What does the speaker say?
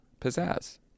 pizzazz